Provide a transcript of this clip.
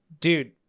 dude